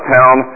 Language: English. town